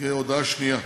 הודעה שנייה,